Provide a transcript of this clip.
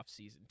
offseason